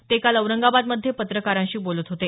ते काल औरंगाबादमध्ये पत्रकारांशी बोलत होते